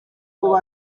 abo